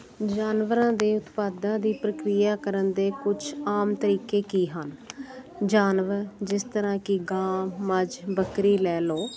ਜਾਨਵਰਾਂ ਦੇ ਉਤਪਾਦਾਂ ਦੀ ਪ੍ਰਕ੍ਰਿਆ ਕਰਨ ਦੇ ਕੁਛ ਆਮ ਤਰੀਕੇ ਕੀ ਹਨ ਜਾਨਵਰ ਜਿਸ ਤਰ੍ਹਾਂ ਕਿ ਗਾਂ ਮੱਝ ਬੱਕਰੀ ਲੈ ਲਓ